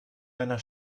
einer